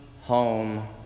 home